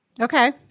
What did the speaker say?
Okay